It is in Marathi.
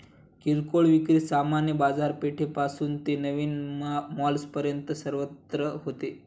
किरकोळ विक्री सामान्य बाजारपेठेपासून ते नवीन मॉल्सपर्यंत सर्वत्र होते